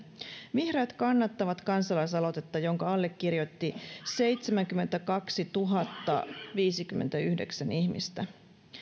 vihreät kannattavat kansalaisaloitetta jonka allekirjoitti seitsemänkymmentäkaksituhattaviisikymmentäyhdeksän ihmistä